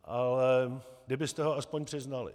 Ale kdybyste ho aspoň přiznali.